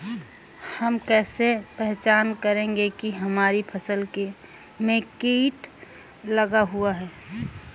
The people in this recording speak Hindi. हम कैसे पहचान करेंगे की हमारी फसल में कीट लगा हुआ है?